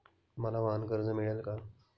मला वाहनकर्ज मिळेल का?